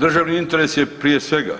Državni interes je prije svega,